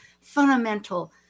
fundamental